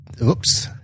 Oops